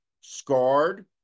scarred